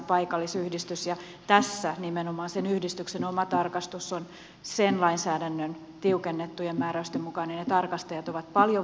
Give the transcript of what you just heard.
tässä nimenomaan yhdistyksen oma tarkastus on sen lainsäädännön tiukennettujen määräysten mukainen ja tarkastajat ovat paljon vartioina